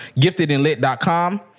Giftedandlit.com